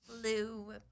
blue